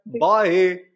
Bye